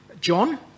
John